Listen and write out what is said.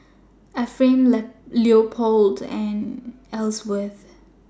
Ephraim Leopold and Elsworth